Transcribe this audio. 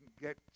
get